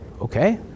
okay